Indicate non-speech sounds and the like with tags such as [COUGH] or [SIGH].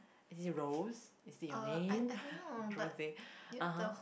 is it Rose is it your name [LAUGHS] Rose (uh huh)